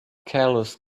carlos